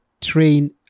train